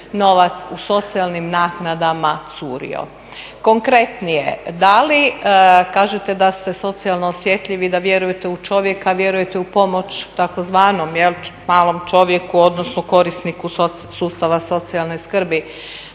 u socijalnim naknadama curio. Konkretnije, da li kažete da ste socijalno osjetljivi i da vjerujete u čovjeka, vjerujete u pomoć tzv. malom čovjeku odnosno korisniku sustava socijalne skrbi.